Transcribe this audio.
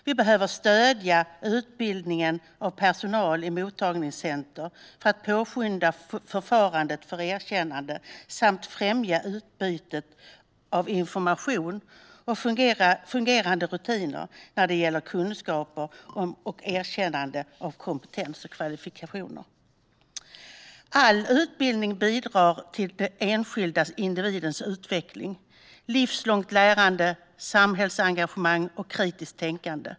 Vi behöver stödja utbildningen av personal i mottagningscenter för att påskynda förfarandet för erkännandet samt främja utbytet av information och fungerande rutiner när det gäller kunskaper om och erkännande av kompetens och kvalifikationer. All utbildning bidrar till den enskilda individens utveckling och till livslångt lärande, samhällsengagemang och kritiskt tänkande.